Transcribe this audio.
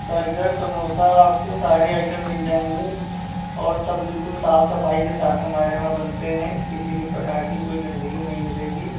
burger samosa आपको सारे item मिल जाएंगे और सब बिल्कुल साफ सफाई के साथ हमारे यहाँ बनते हैं किसी भी प्रकार की कोई गंदगी नही मिलेगी